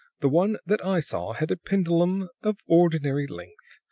the one that i saw had a pendulum of ordinary length,